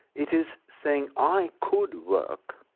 it is saying, i could work.